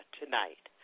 tonight